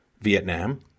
Vietnam